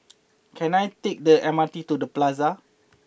can I take the M R T to The Plaza